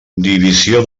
divisió